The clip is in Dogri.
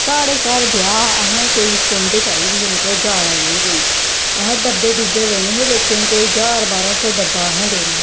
साढ़े घर ब्याह हा असें कोई सुंड चाहिदी ऐ मतलब ज्यादा जेही कोई असें डब्बे डुब्बे देने हे लोकें गी कोई ज्हार बारां सौ डब्बा असें देना हा